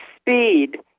speed